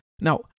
Now